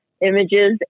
images